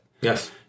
yes